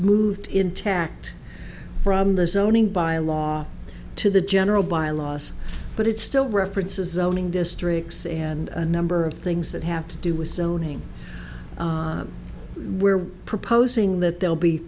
moved intact from the zoning by law to the general bylaws but it still references zoning districts and a number of things that have to do with zoning we're proposing that they'll be